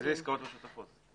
איזה עסקאות משותפות?